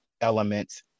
elements